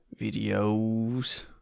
Videos